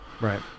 Right